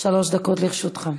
שלוש דקות לרשותך.